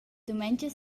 dumengia